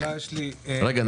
בבקשה.